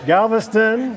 Galveston